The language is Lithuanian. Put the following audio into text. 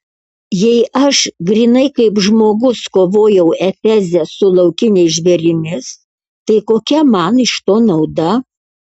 jei aš grynai kaip žmogus kovojau efeze su laukiniais žvėrimis tai kokia man iš to nauda